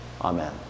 Amen